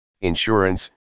insurance